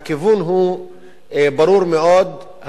הכיוון הוא ברור מאוד.